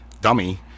Dummy